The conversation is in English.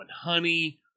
honey